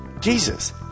Jesus